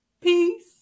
Peace